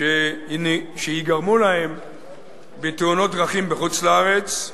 שייגרמו להם בתאונות דרכים בחוץ-לארץ,